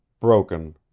broken,